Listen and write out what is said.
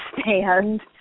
stand